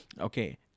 Okay